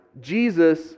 Jesus